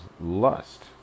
lust